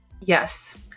Yes